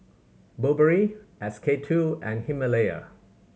Burberry S K Two and Himalaya